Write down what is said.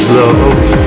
love